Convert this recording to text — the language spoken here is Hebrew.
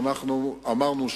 שאנחנו אמרנו,